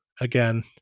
again